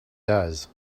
does